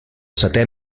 setè